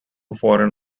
foreign